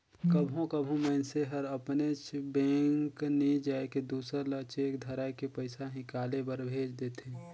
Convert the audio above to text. कभों कभों मइनसे हर अपनेच बेंक नी जाए के दूसर ल चेक धराए के पइसा हिंकाले बर भेज देथे